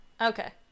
okay